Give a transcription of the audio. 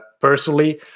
personally